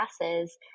classes